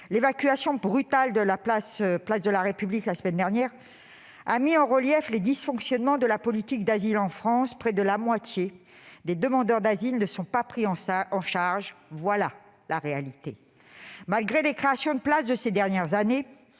l'évacuation brutale, place de la République, la semaine dernière, a mis en relief les dysfonctionnements de la politique d'asile en France : près de la moitié des demandeurs d'asile ne sont pas pris en charge. Telle est la réalité. Malgré les créations de places de ces dernières années,